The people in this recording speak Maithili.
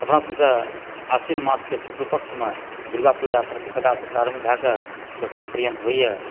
अपना सबके आश्विन मासके शुक्ल पक्षमे दुर्गा पूजा प्रतिपदासंँ प्रारम्भ भए कऽ दशमी पर्यन्त होइया